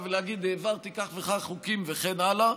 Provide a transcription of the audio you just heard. ולהגיד: העברתי כך וכך חוקים וכן הלאה.